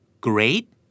Great